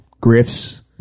Griff's